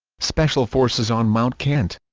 special forces on mount kent